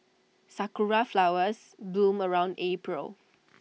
Sakura Flowers bloom around April